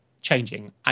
changing